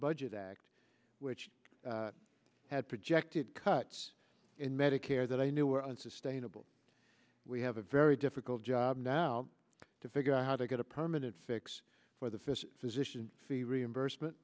budget act which had projected cuts in medicare that i knew were unsustainable we have a very difficult job now to figure out how to get a permanent fix for the fis position the reimbursement